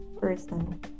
person